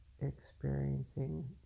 experiencing